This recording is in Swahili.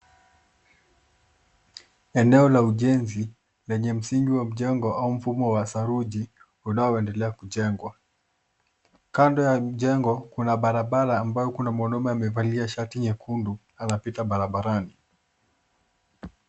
Eneo la ujenzi lenye msingi wa mjengo au mfumo wa saruji unaoendelea kujengwa. Kando ya mjengo kuna barabara ambayo kuna mwanaume amevalia shati nyekundu anapita barabarani.